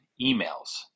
emails